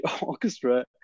orchestra